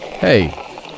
Hey